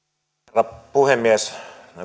arvoisa herra puhemies